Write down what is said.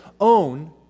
own